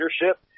leadership